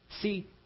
See